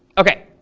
okay,